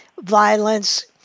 violence